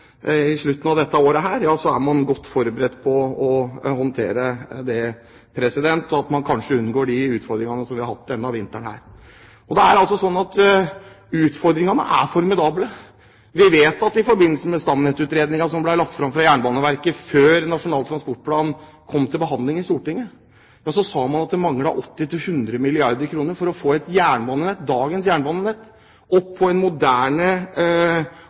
slutten av dette året, så er vi godt forberedt på å håndtere det, slik at vi kanskje unngår utfordringer som vi har hatt denne vinteren. Utfordringene er formidable. Vi vet at i forbindelse med stamnettutredningen, som ble lagt fram fra Jernbaneverket før Nasjonal transportplan kom til behandling i Stortinget, sa man at det manglet 80–100 milliarder kr for å få dagens jernbanenett opp på en moderne og tilfredsstillende standard, som gjorde at det ville bli en effektiv og moderne